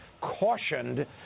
cautioned